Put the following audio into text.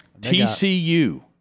TCU